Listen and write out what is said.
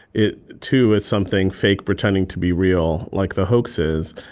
it too is something fake pretending to be real like the hoax is.